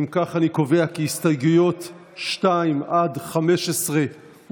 אם כך, אני קובע כי הסתייגויות 2 עד 15 הוסרו.